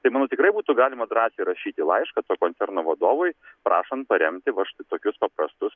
tai manau tikrai būtų galima drąsiai rašyti laišką to koncerno vadovui prašant paremti va štai tokius paprastus